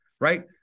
right